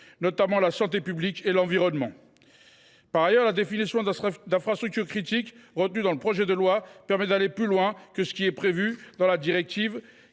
notamment à la santé publique et à l’environnement. Par ailleurs, la définition des infrastructures critiques retenue dans le projet de loi permet d’aller plus loin que ce qui est prévu dans la directive,